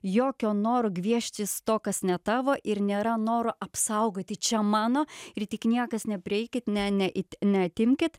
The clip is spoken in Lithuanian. jokio noro gvieštis to kas ne tavo ir nėra noro apsaugoti čia mano ir tik niekas neprieikit ne ne it neatimkit